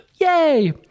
Yay